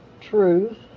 truth